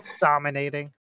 dominating